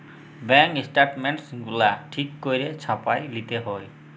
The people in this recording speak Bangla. ব্যাংক ইস্ট্যাটমেল্টস গুলা ঠিক ক্যইরে ছাপাঁয় লিতে হ্যয়